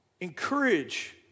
encourage